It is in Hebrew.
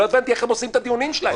לא הבנתי איך הם עושים את הדיונים שלהם.